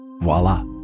voila